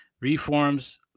Reforms